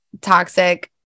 toxic